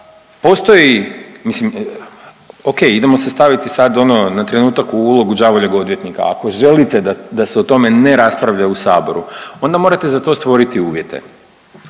Postoji, mislim o.k. Idemo se staviti sad ono na trenutak u ulogu đavoljeg odvjetnika. Ako želite da se o tome ne rasprava u Saboru, onda morate za to stvoriti uvjete.